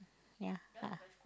ya lah